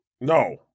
No